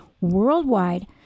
worldwide